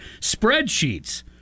spreadsheets